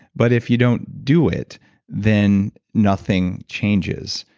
but if you don't do it then nothing changes.